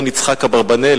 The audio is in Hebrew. דון יצחק אברבנאל,